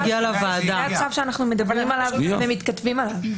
שמעון, זה הצו שאנחנו מדברים עליו ומתכתבים עליו.